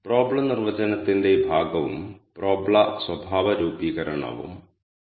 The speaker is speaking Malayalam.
csv ഫയലിന്റെ ആദ്യ കോളത്തിൽ റോയുടെ പേരുകൾ ഉണ്ടെന്ന് എനിക്കറിയാം